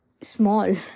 small